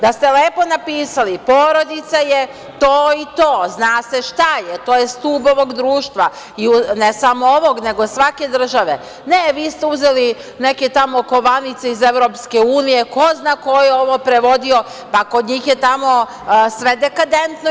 Da ste lepo napisali, porodica je to i to, zna se šta je, to je stub ovog društva i ne samo ovog, nego svake države, ne vi ste uzeli neke tamo kovanice iz EU, ko zna ko je ovo prevodio, pa kod njih je tamo sve dekadentno i